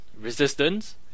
Resistance